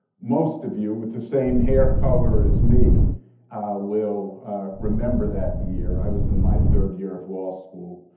most of you with the same hair color as me will remember that year. i was in my third year of law school.